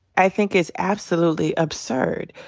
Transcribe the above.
i think it's absolutely absurd.